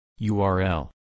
URL